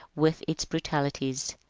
with its brutalities.